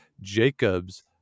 Jacobs